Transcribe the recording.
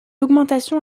augmentation